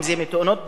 אם זה מתאונות דרכים,